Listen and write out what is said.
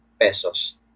pesos